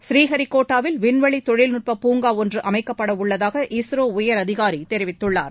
ஸ்ரீஹரிகோட்டாவில் விண்வெளி தொழில்நுட்ப பூங்கா ஒன்று அமைக்கப்பட உள்ளதாக இஸ்ரோ உயர் அதிகாரி தெரிவித்துள்ளார்